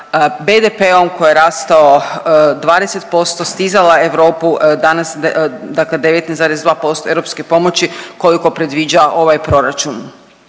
BDP-om koji je rastao 20% stizala Europu, danas, dakle 19,2% europske pomoći koliko predviđa ovaj proračun.